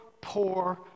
poor